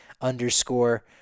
underscore